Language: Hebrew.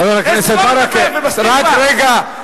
חבר הכנסת ברכה, רק רגע.